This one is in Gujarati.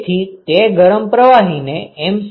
તેથી તે ગરમ પ્રવાહીને m